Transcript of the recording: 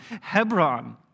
Hebron